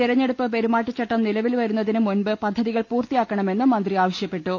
തിരഞ്ഞെടുപ്പ് പെരുമാറ്റടച്ചട്ടം നിലവിൽ വരുന്നതിന് മുൻപ് പദ്ധതികൾ പൂർത്തിയാക്കണമെന്നും മന്ത്രി ആവശ്യപ്പെട്ടു